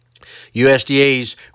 USDA's